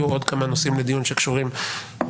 יהיו עוד כמה נושאים לדיון שקשורים למשך